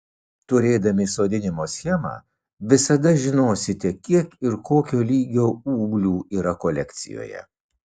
turėdami sodinimo schemą visada žinosite kiek ir kokio lygio ūglių yra kolekcijoje